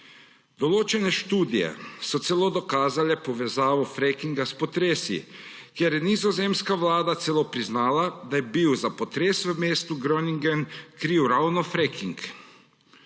Določene študije so celo dokazale povezavo frackinga s potresi, kjer je nizozemska vlada celo priznala, da je bil za potres v mestu Groningen kriv ravno fracking.